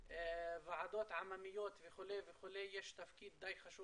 לוועדות עממיות וכו' וכו' יש תפקיד די חשוב